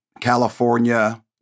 California